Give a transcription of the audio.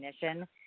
definition